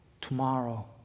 tomorrow